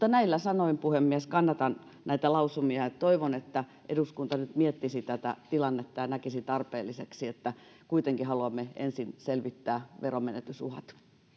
näillä sanoin puhemies kannatan näitä lausumia ja toivon että eduskunta nyt miettisi tätä tilannetta ja näkisi tarpeelliseksi että kuitenkin haluamme ensin selvittää veronmenetysuhat